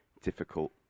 difficult